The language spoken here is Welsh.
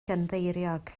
gynddeiriog